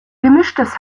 gemischtes